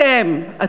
אתם.